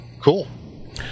Cool